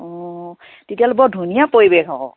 অঁ তেতিয়াহ'লে বৰ ধুনীয়া পৰিৱেশ আকৌ